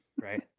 Right